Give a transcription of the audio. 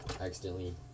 accidentally